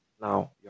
now